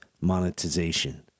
monetization